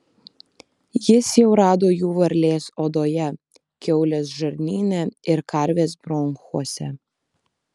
jis jau rado jų varlės odoje kiaulės žarnyne ir karvės bronchuose